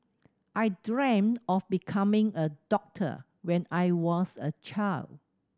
I dreamt of becoming a doctor when I was a child